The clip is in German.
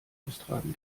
austragen